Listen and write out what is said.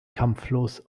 kampflos